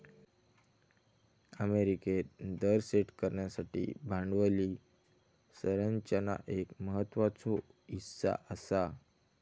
अमेरिकेत दर सेट करण्यासाठी भांडवली संरचना एक महत्त्वाचो हीस्सा आसा